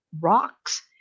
rocks